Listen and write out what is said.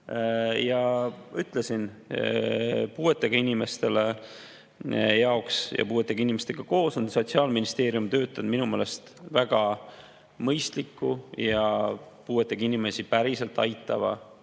Ma ütlesin, et puuetega inimeste jaoks ja puuetega inimestega koos on Sotsiaalministeerium töötanud välja minu meelest väga mõistliku ja puuetega inimesi päriselt aitava